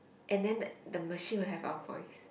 and then the machine will have our voice